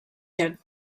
jet